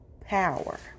power